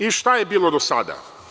I šta je bilo do sada?